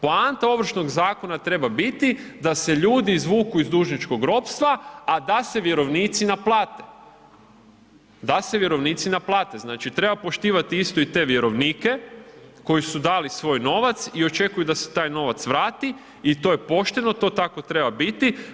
Poanta ovršnog zakona treba biti da se ljudi izvuku iz dužničkog ropstva a da se vjerovnici naplate, da se vjerovnici naplate, znači treba poštivati isto i te vjerovnike koji su dali svoj novac i očekuju da se taj novac vrati i to je pošteno, to tako treba biti.